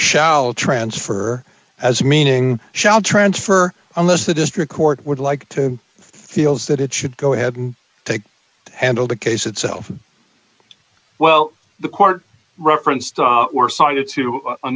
shall transfer as meaning shall transfer unless the district court would like to theo's that it should go ahead and take to handle the case itself well the court